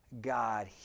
God